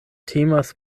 temas